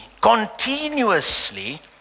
continuously